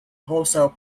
wholesale